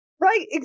right